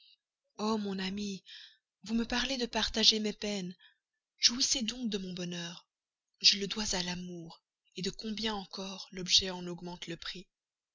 o mon amie vous me parlez de partager mes peines jouissez donc de mon bonheur je le dois à l'amour de combien encore l'objet en augmente le prix